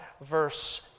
verse